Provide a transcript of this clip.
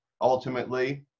ultimately